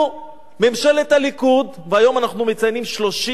ממשלת הליכוד, והיום אנחנו מציינים 30 שנה,